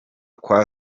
kwa